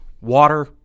water